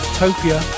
Utopia